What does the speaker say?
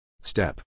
Step